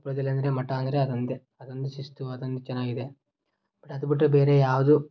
ಕೊಪ್ಪಳದಲ್ಲಿ ಅಂದರೆ ಮಠ ಅಂದರೆ ಅದೊಂದೇ ಅದೊಂದೇ ಶಿಸ್ತು ಅದೊಂದೇ ಚೆನ್ನಾಗಿದೆ ಬಟ್ ಅದು ಬಿಟ್ಟರೆ ಬೇರೆ ಯಾವುದೂ